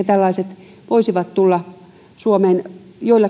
tällaiset ehkä voisivat tulla suomeen